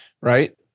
right